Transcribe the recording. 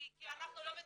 כי אנחנו לא מתקדמים.